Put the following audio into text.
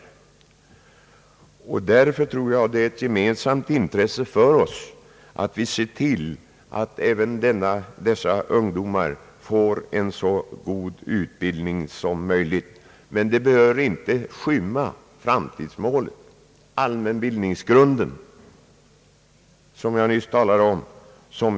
Därför tror jag att det är ett gemensamt intresse för oss att se till att även dessa ungdomar får en så god utbildning som möjligt. Det bör dock inte skymma framtidsmålet, den allmänbildningsgrund som jag nyss talade om.